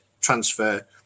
transfer